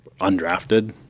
Undrafted